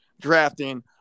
drafting